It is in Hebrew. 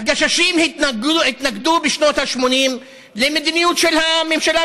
הגששים התנגדו בשנות ה-80 למדיניות של הממשלה,